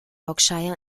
yorkshire